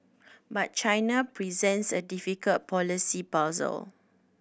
but China presents a difficult policy puzzle